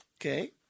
Okay